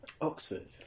Oxford